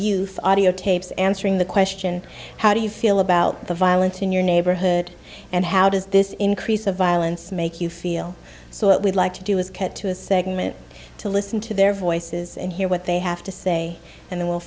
youth audiotapes answering the question how do you feel about the violence in your neighborhood and how does this increase of violence make you feel so what we'd like to do is cut to a segment to listen to their voices and hear what they have to say and then we'll